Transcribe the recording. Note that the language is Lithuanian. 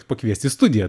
pakviest į studiją